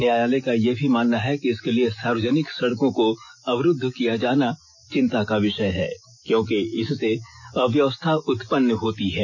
न्यायालय का ये भी मानना है कि इसके लिए सार्वजनिक सड़कों को अवरुद्व किया जाना चिंता का विषय है क्योंकि इससे अव्यवस्था उत्पन्न होती है